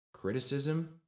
Criticism